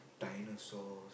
dinosaur